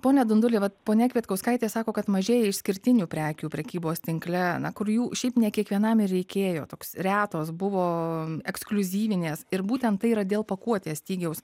pone dunduli vat ponia kvietkauskaitė sako kad mažėja išskirtinių prekių prekybos tinkle kur jų šiaip ne kiekvienam ir reikėjo toks retos buvo ekskliuzyvinės ir būtent tai yra dėl pakuotės stygiaus